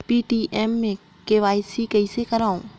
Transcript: Paytm मे KYC कइसे करव?